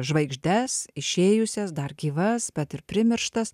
žvaigždes išėjusias dar gyvas bet ir primirštas